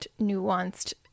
nuanced